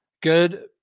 good